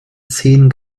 zehn